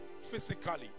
physically